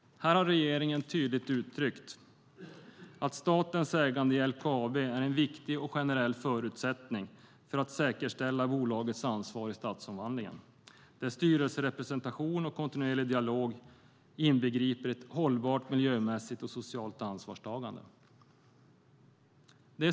Här har regeringen tydligt uttryckt att statens ägande i LKAB är en viktig och generell förutsättning för att säkerställa bolagets ansvar i stadsomvandlingen, där styrelserepresentation och kontinuerlig dialog inbegriper ett hållbart miljömässigt och socialt ansvarstagande.